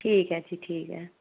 ठीक ऐ जी ठीक ऐ